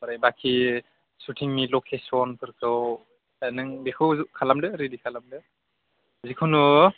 ओमफ्राय बाखि सटिंनि लकेस'नफोरखौ नों बेखौ खालामदो रेडि खालामदो जेखुनु